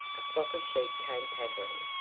a flock of sheep came pattering.